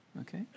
Okay